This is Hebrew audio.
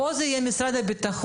כאן זה יהיה משרד הביטחון.